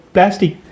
Plastic